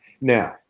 Now